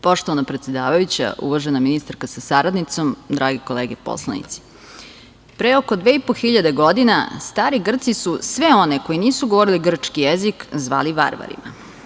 Poštovana predsedavajuća, uvažena ministarko sa saradnicom, drage kolege poslanici, pre oko dve i po hiljade godina stari Grci su sve one koji nisu govorili grčki jezik zvali varvarima.